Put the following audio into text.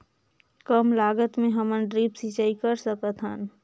कम लागत मे हमन ड्रिप सिंचाई कर सकत हन?